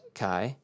kai